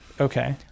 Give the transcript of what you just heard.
Okay